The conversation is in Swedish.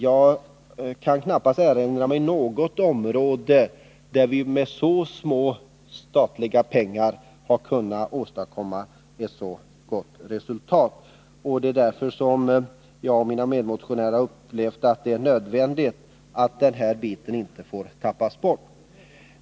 Jag kan knappast erinra mig något område där vi med så små statliga medel har kunnat åstadkomma ett så gott resultat. Det är därför som jag och mina medmotionärer har upplevt att det är nödvändigt att den här biten inte tappas bort.